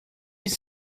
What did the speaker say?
it’s